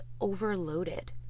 overloaded